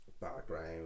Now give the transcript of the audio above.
background